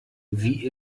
wie